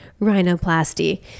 rhinoplasty